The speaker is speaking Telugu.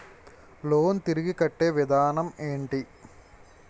లోన్ తిరిగి కట్టే విధానం ఎంటి?